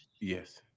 yes